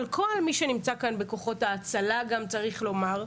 על כל מי שנמצא כאן בכוחות ההצלה גם צריך לומר,